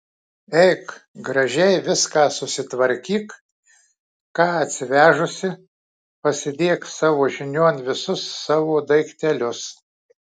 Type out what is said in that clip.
eik gražiai viską susitvarkyk ką atsivežusi pasidėk savo žinion visus savo daiktelius